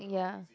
ya